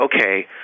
okay